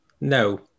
No